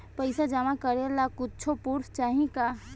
पैसा जमा करे ला कुछु पूर्फ चाहि का?